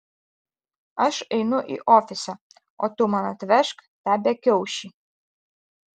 aš einu į ofisą o tu man atvežk tą bekiaušį